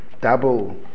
double